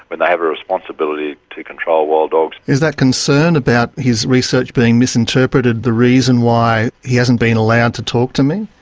when they have a responsibility to control wild dogs. is that concern about his research being misinterpreted the reason why he hasn't been allowed to talk to me?